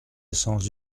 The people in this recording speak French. essence